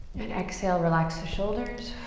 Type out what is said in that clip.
and exhale, relax the shoulders.